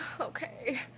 Okay